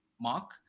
mark